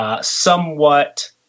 somewhat